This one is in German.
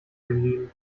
geblieben